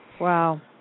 wow